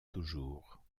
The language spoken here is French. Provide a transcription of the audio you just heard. toujours